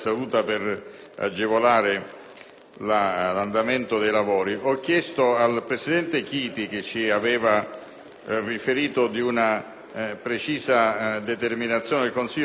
ho chiesto al presidente Chiti, che ci aveva riferito di una precisa determinazione del Consiglio di Presidenza riguardo alle schede,